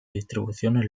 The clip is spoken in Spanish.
distribuciones